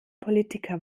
politiker